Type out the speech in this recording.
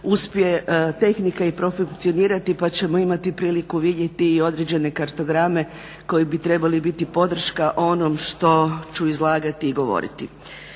uspije tehnika i profunkcionirati pa ćemo imati priliku vidjeti i određene kartograme koji bi trebali biti podrška onom što ću izlagati i govoriti.